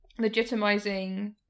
legitimizing